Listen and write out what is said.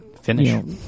finish